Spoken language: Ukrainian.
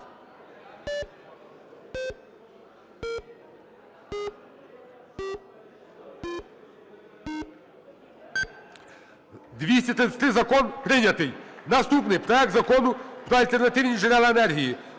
За-233 Закон прийнятий. Наступний: проект Закону "Про альтернативні джерела енергії"